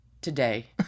today